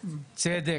צדק.